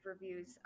reviews